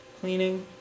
Cleaning